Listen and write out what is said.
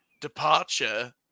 departure